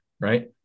right